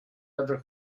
other